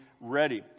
ready